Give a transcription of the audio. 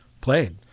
played